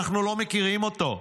אנחנו לא מכירים אותו.